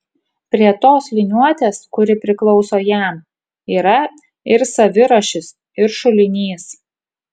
prie tos liniuotės kuri priklauso jam yra ir savirašis ir šulinys